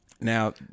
now